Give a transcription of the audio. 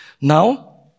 Now